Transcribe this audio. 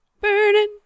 Burning